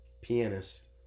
pianist